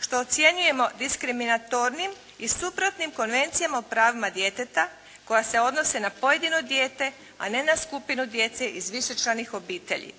što ocjenjujemo diskriminatornim i suprotnim Konvencijama o pravima djeteta koja se odnose na pojedino dijete, a ne na skupinu djece iz višečlanih obitelji.